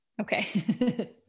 Okay